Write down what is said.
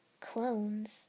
Clones